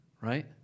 Right